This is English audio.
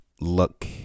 look